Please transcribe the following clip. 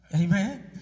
Amen